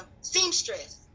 seamstress